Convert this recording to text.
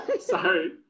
sorry